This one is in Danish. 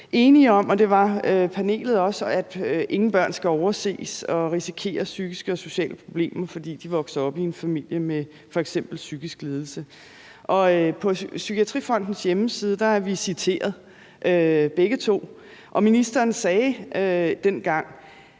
enige om, og det var panelet også, at ingen børn skal overses og risikere psykiske og sociale problemer, fordi de vokser op i en familie med f.eks. psykiske lidelser. På Psykiatrifondens hjemmeside er vi begge to citeret, og ministeren sagde dengang